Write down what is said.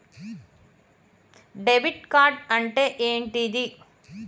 Debit card అంటే ఏంటిది?